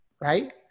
right